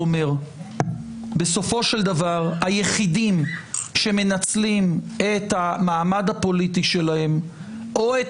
בסופו של דבר היחידים שמנצלים את מעמדם הפוליטי או את